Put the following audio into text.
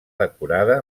decorada